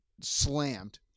slammed